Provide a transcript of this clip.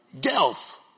Girls